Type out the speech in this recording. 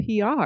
PR